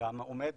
והוא עומד